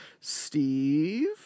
Steve